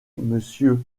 monsieur